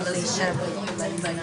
אני חייב